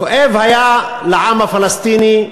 כואב היה לעם הפלסטיני,